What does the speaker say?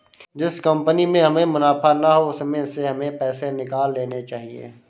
जिस कंपनी में हमें मुनाफा ना हो उसमें से हमें पैसे निकाल लेने चाहिए